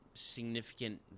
significant